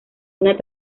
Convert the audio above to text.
una